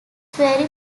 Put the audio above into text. very